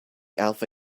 alpha